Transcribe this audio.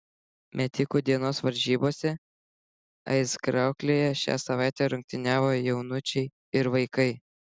metikų dienos varžybose aizkrauklėje šią savaitę rungtyniavo jaunučiai ir vaikai